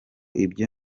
ibyo